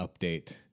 update